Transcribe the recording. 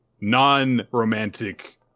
non-romantic